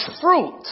fruit